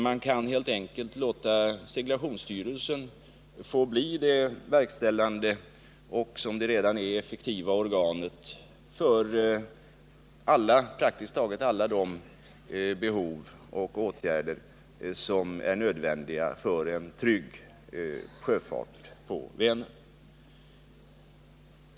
Man kan helt enkelt låta seglationsstyrelsen — som är mycket effektiv — få bli det verkställande organet för praktiskt taget alla de åtgärder som är nödvändiga för en trygg sjöfart på Vänern.